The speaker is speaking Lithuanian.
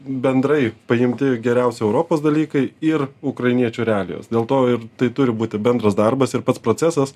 bendrai paimti geriausi europos dalykai ir ukrainiečių realijos dėl to ir tai turi būti bendras darbas ir pats procesas